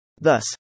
Thus